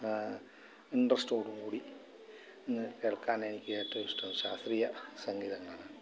ഇൻട്രെസ്റ്റോടുകൂടി കേൾക്കാനെനിക്കേറ്റവുമിഷ്ടം ശാസ്ത്രീയ സംഗീതങ്ങളാണ്